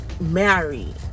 married